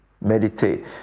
Meditate